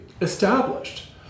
established